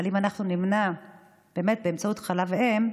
אבל אם נמנע באמצעות חלב אם,